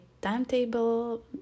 timetable